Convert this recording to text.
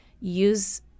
use